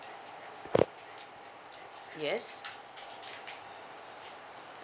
yes